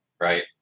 right